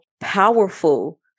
powerful